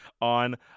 on